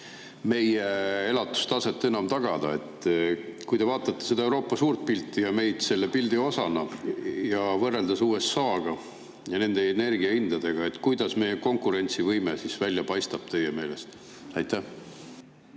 meie elatustaset enam tagada. Kui te vaatate seda Euroopa suurt pilti ja meid selle pildi osana, võrreldes USA-ga ja nende energiahindadega, siis kuidas meie konkurentsivõime teie meelest välja